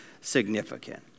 significant